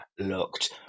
Looked